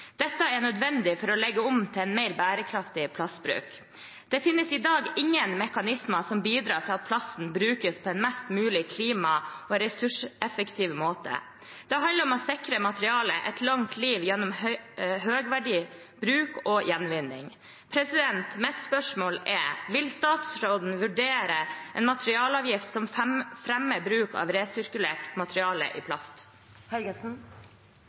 Dette er nødvendig for å legge om til en mer bærekraftig plastbruk. Det finnes i dag ingen mekanismer som bidrar til at plasten brukes på en mest mulig klima- og ressurseffektiv måte. Det handler om å sikre et materiale et langt liv gjennom høyverdig bruk og gjenvinning. Mitt spørsmål er: Vil statsråden vurdere en materialavgift som fremmer bruk av resirkulert materiale i plast?